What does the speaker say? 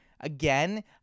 again